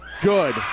Good